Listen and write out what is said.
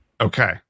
Okay